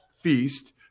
feast